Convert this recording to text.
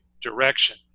direction